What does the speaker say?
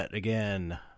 Again